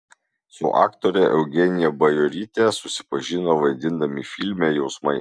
su aktore eugenija bajoryte susipažino vaidindami filme jausmai